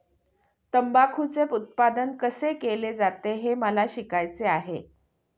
तंबाखूचे उत्पादन कसे केले जाते हे मला शिकायचे आहे